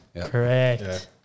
Correct